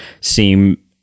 seem